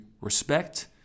respect